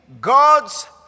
God's